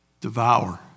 Devour